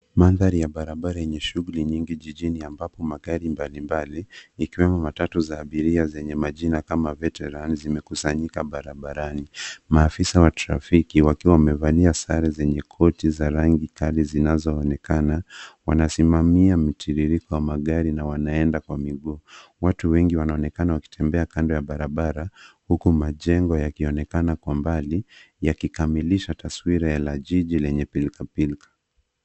Mandari ya barabara yenye shughuli nyingi jijini ambapo magari mbalimbali, ikiwemo matatu za abiria zenye majina kama Veteran zimekusanyika barabarani. Maafisa wa trafiki wakiwa wamevalia sare zenye koti za rangi kali zinazoonekana, wanasimamia mitiririko ya magari na wanenda kwa miguu. Watu wengi wanaonekana wakitembea kando ya barabara huku majengo yakionekana kwa mbali yakikamilisha taswira ya jiji lenye pilkapilka.